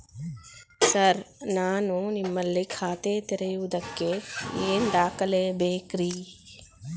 Sir ನಾನು ನಿಮ್ಮಲ್ಲಿ ಖಾತೆ ತೆರೆಯುವುದಕ್ಕೆ ಏನ್ ದಾಖಲೆ ಬೇಕ್ರಿ?